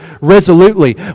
resolutely